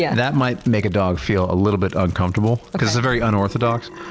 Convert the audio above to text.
yeah that might make a dog feel a little bit uncomfortable because it's very unorthodox.